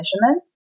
measurements